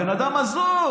הבן אדם הזוי,